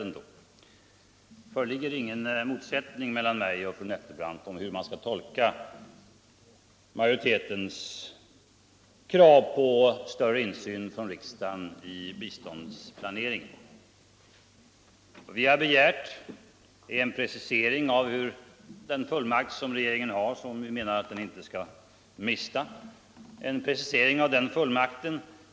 Det föreligger ingen motsättning mellan mig och fru Nettelbrandt om hur majoritetens krav på större insyn från riksdagen i biståndsplaneringen skall tolkas. Vi har begärt en precisering av den fullmakt regeringen har och som vi menar att regeringen inte skall mista.